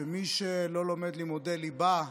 שמי שלא לומד לימודי ליבה,